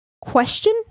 Question